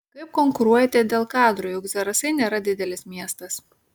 kaip konkuruojate dėl kadro juk zarasai nėra didelis miestas